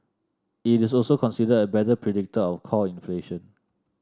it is also considered a better predictor of core inflation